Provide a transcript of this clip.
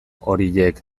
horiek